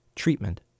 Treatment